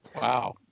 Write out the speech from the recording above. Wow